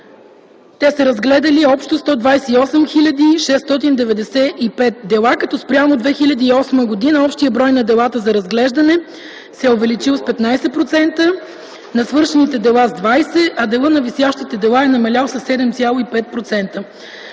Те са разгледали общо 128 хил. 695 дела, като спрямо 2008 г. общият брой на делата за разглеждане се е увеличил с 15%, на свършените дела - с 20%, а делът на висящите дела е намалял с 7,5%.